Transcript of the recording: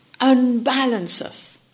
unbalances